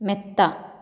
മെത്ത